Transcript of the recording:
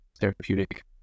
therapeutic